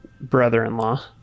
brother-in-law